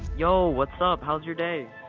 yo, what's up, how's your day?